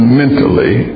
mentally